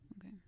Okay